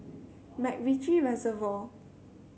MacRitchie Reservoir